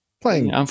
playing